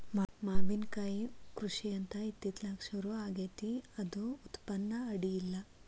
ಮಾವಿನಕಾಯಿ ಕೃಷಿ ಅಂತ ಇತ್ತಿತ್ತಲಾಗ ಸುರು ಆಗೆತ್ತಿ ಇದು ಉತ್ಪನ್ನ ಅಡಿಯಿಲ್ಲ